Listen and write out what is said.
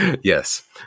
yes